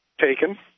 taken